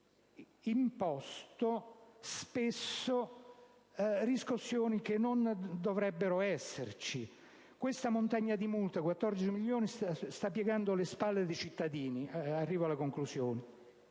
imposto spesso riscossioni che non dovrebbero esserci. Questa montagna di multe, 14 milioni, sta piegando le spalle dei cittadini. Sono un milione